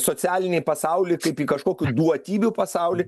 socialinį pasaulį kaip į kažkokį duotybių pasaulį